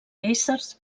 éssers